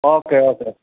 okay okay